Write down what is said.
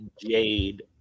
Jade